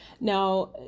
Now